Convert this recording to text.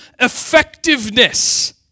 effectiveness